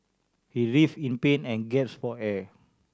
he writhed in pain and gasped for air